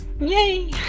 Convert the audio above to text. yay